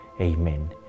Amen